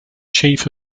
chief